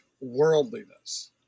worldliness